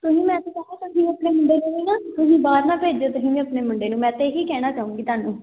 ਤੁਸੀਂ ਬਾਹਰ ਨਾ ਭੇਜਿਓ ਤੁਸੀਂ ਵੀ ਆਪਣੇ ਮੁੰਡੇ ਨੂੰ ਮੈਂ ਤਾਂ ਇਹੀ ਕਹਿਣਾ ਚਾਹੂੰਗੀ ਤੁਹਾਨੂੰ